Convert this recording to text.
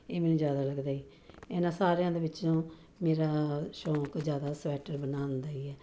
ਇਹ ਮੈਨੂੰ ਜ਼ਿਆਦਾ ਲੱਗਦਾ ਇਹਨਾਂ ਸਾਰਿਆਂ ਦੇ ਵਿੱਚੋਂ ਮੇਰਾ ਸ਼ੌਕ ਜ਼ਿਆਦਾ ਸਵੈਟਰ ਬਣਾਉਣ ਦਾ ਹੀ ਹੈ